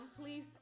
please